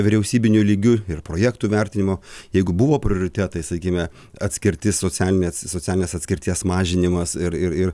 vyriausybiniu lygiu ir projektų vertinimo jeigu buvo prioritetai sakykime atskirti socialinės socialinės atskirties mažinimas ir ir ir